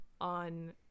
on